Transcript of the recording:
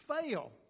fail